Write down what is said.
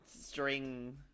string